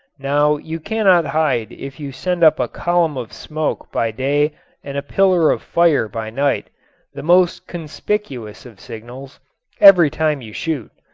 now you cannot hide if you send up a column of smoke by day and a pillar of fire by night the most conspicuous of signals every time you shoot.